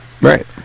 Right